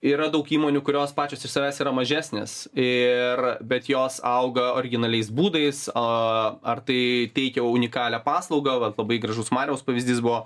yra daug įmonių kurios pačios iš savęs yra mažesnės ir bet jos auga originaliais būdais a ar tai teikia unikalią paslaugą vat labai gražus mariaus pavyzdys buvo